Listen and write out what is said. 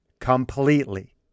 completely